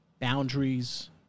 boundaries